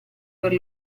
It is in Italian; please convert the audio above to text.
per